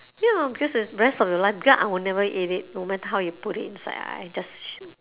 ya because it's rest of your life because I'll never eat it no matter how you put it inside I just